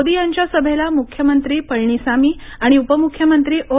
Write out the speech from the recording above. मोदी यांच्या सभेला मुख्यमंत्री पळणीसामी आणि उपमुख्यमंत्री ओ